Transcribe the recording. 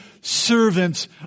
servants